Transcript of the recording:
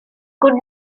could